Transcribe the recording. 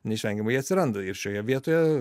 neišvengiamai atsiranda ir šioje vietoje